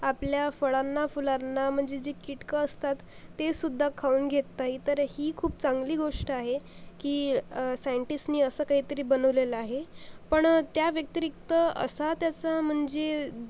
आपल्या फळांना फुलांना म्हणजे जे कीटक असतात तेसुद्धा खाऊन घेत नाही तर ही खूप चांगली गोष्ट आहे की सायंटिस्टनी असं काहीतरी बनवलेलं आहे पण त्या व्यतिरिक्त असा त्याचा म्हणजे